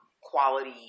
quality